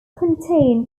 contain